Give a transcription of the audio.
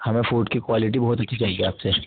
ہمیں فوڈ کی کوالٹی بہت اچھی چاہیے آپ سے